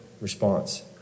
response